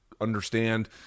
understand